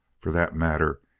for that matter,